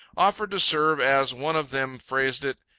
offered to serve, as one of them phrased it,